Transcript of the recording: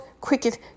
cricket